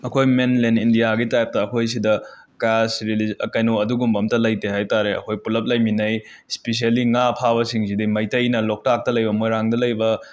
ꯑꯩꯈꯣꯏ ꯃꯦꯟꯂꯦꯟ ꯏꯟꯗ꯭ꯌꯥꯒꯤ ꯇꯥꯏꯞꯇ ꯑꯈꯣꯏꯁꯤꯗ ꯀꯥꯁꯠ ꯔꯤꯂꯤꯖꯟ ꯀꯩꯅꯣ ꯑꯗꯨꯒꯨꯝꯕ ꯑꯃꯠꯇ ꯂꯩꯇꯦ ꯍꯥꯏꯇꯥꯔꯦ ꯑꯈꯣꯏ ꯄꯨꯜꯂꯞ ꯂꯩꯃꯤꯟꯅꯩ ꯁ꯭ꯄꯤꯁ꯭ꯌꯦꯂꯤ ꯉꯥ ꯐꯥꯕ ꯁꯤꯡꯁꯤꯗꯤ ꯃꯩꯇꯩꯅ ꯂꯣꯛꯇꯥꯛꯇ ꯂꯩꯕ ꯃꯣꯏꯔꯥꯡꯗ ꯂꯩꯕ